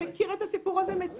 מכיר את המקרה הזה מצוין.